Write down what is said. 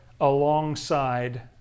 alongside